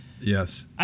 Yes